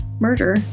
murder